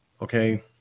okay